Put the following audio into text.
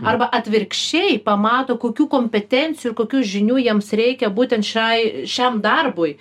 arba atvirkščiai pamato kokių kompetencijų ir kokių žinių jiems reikia būtent šiai šiam darbui